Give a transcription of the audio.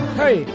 hey